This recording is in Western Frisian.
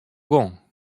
gong